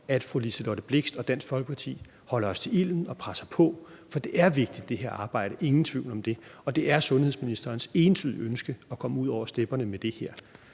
at fru Liselott Blixt og Dansk Folkeparti holder os til ilden og presser på, for det her arbejde er vigtigt, ingen tvivl om det, og det er sundhedsministerens entydige ønske at komme ud over stepperne med det her.